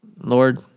Lord